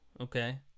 Okay